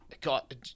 God